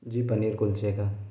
जी पनीर कुलचे का